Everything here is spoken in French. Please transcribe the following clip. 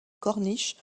corniche